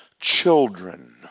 children